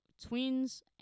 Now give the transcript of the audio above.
twins